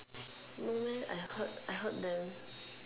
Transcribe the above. no leh I heard I heard them